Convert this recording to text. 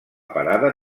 parada